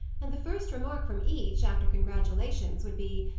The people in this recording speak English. and the first remark from each, after congratulations, would be,